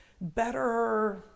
better